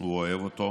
הוא אוהב אותו